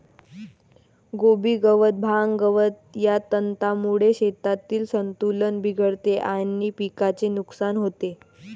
कोबी गवत, भांग, गवत या तणांमुळे शेतातील संतुलन बिघडते आणि पिकाचे नुकसान होते